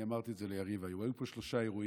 אמרתי את זה ליריב היום, היו פה שלושה אירועים: